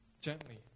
gently